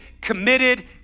committed